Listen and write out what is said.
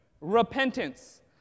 Repentance